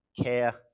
care